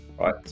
Right